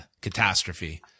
catastrophe